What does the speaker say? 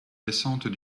descente